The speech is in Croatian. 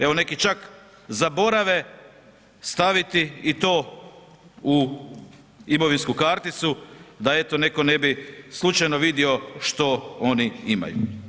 Evo neki čak zaborave staviti i to u imovinsku karticu da eto netko ne bi slučajno vidio što oni imaju.